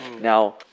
Now